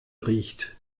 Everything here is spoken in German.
riecht